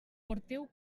porteu